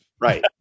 Right